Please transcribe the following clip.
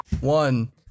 One